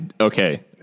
okay